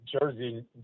jersey